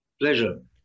Pleasure